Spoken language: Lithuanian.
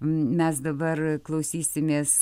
mes dabar klausysimės